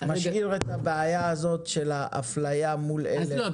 משאיר את הבעיה הזאת של האפליה מול אלה --- לא,